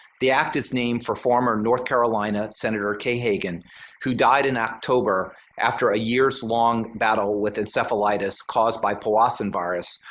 the act is named for former north carolina senator kay hagan who died in october after a years-long battle with encephalitis caused by powassan virus,